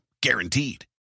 guaranteed